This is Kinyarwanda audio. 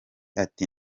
ati